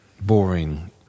boring